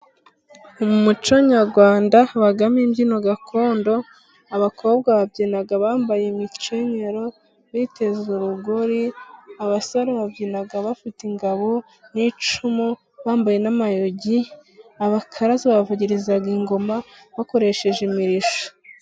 Mu muco nyarwanda habamo imbyino gakondo, abakobwa babyina bambaye imikenyero, biteze urugori, abasore babyina bafite ingabo n'icumu, bambaye n'amayogi, abakaraza bavugiriza ingoma bakoresheje imirishyo.